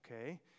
Okay